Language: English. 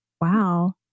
Wow